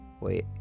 wait